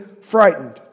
frightened